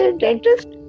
dentist